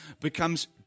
becomes